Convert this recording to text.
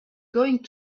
going